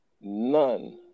none